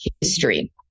history